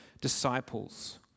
disciples